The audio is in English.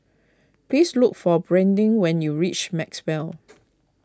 please look for Brandin when you reach Maxwell